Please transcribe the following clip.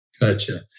Gotcha